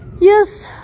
Yes